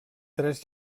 tres